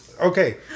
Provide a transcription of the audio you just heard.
okay